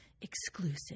exclusive